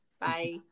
Bye